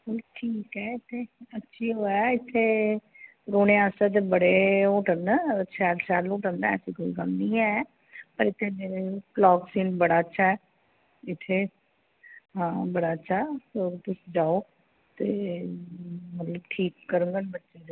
हून ठीक ऐ इत्थै अच्छी ओह् ऐ इत्थे रौह्ने आस्तै ते बड़े होटल न शैल शैल होटल न ऐसी कोई गल्ल नी ऐ पर भेजे दे कलाऊसिन बड़ा अच्छा ऐ इत्थे हां बड़ा अच्छा होर तुस जाओ ते मतलब ठीक करङन बच्चे